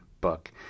book